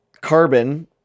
Carbon